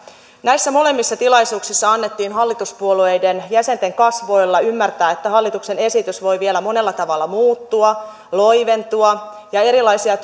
näissä molemmissa tilaisuuksissa annettiin hallituspuolueiden jäsenten kasvoilla ymmärtää että hallituksen esitys voi vielä monella tavalla muuttua loiventua ja erilaisia